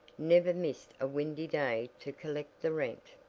never missed a windy day to collect the rent.